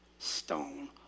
Stone